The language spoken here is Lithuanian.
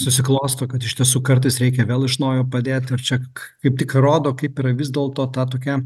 susiklosto kad iš tiesų kartais reikia vėl iš naujo padėt ar čia kaip tik rodo kaip yra vis dėlto ta tokia